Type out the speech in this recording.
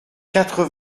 quatre